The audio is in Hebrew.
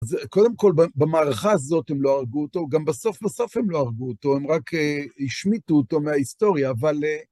קודם כל, במערכה הזאת הם לא הרגו אותו, גם בסוף בסוף הם לא הרגו אותו, הם רק השמיטו אותו מההיסטוריה, אבל...